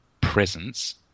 presence